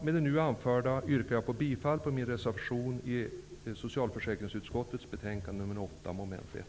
Med det nu anförda yrkar jag bifall till min reservation i socialförsäkringsutskottets betänkande nr 8, mom. 1.